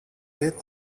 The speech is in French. est